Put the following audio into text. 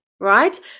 right